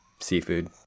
seafood